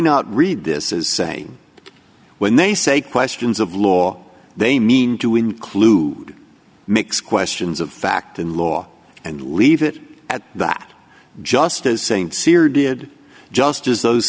not read this as say when they say questions of law they mean to include mix questions of fact in law and leave it at that just as saying syria did just as those